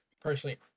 personally